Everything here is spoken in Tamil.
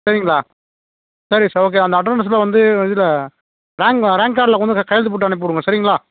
சரிங்களா சரிங்க சார் ஓகேவா அந்த அட்டனன்ஸுல வந்து இதில் ரேங்க் ரேங்க் கார்டில் கொஞ்சம் கையெழுத்து போட்டு அனுப்பி விடுங்க சரிங்களா